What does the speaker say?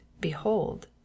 behold